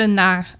naar